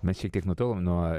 mes šiek tiek nutolo nuo